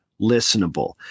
listenable